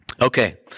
Okay